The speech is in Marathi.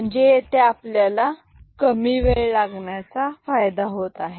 म्हणजे येथे आपल्याला कमी वेळ लागण्याचा फायदा होत आहे